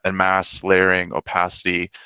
and mask layering, opacity,